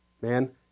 man